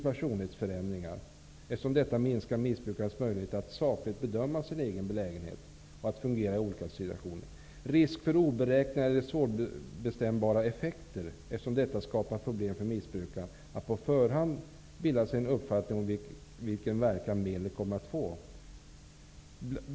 personlighetsförändringar, eftersom detta minskar missbrukarens möjlighet att sakligt bedöma sin egen belägenhet och att fungera i olika situationer; risk för oberäkneliga eller svårbestämbara effekter, eftersom detta skapar problem för missbrukaren att på förhand bilda sig en uppfattning om vilken verkan medlen kommer att få.